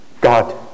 God